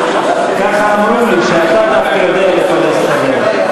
ככה אמרו לי, שאתה דווקא יודע לפלס את הדרך.